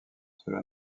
cela